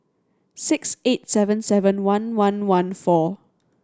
six eight seven seven one one one four